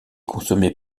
consommée